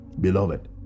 beloved